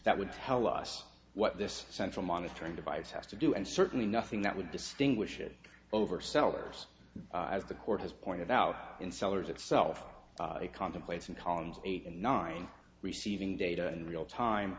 that would tell us what this central monitoring device has to do and certainly nothing that would distinguish it over sellers as the court has pointed out in sellers itself contemplates in columns eight and nine receiving data in real time